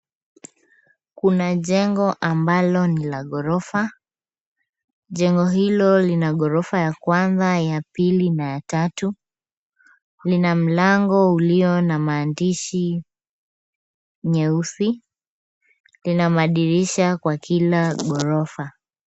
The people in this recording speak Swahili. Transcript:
Kuna jengo ambalo ni la ghorofa. Jengo hilo lina ghorofa ya kwanza, ya pili na ya tatu. Lina mlango ulio na maandishi nyeusi. Lina madirisha kwa kila ghorofa.